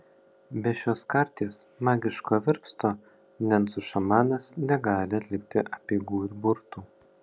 be šios karties magiško virpsto nencų šamanas negali atlikti apeigų ir burtų